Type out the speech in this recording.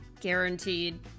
guaranteed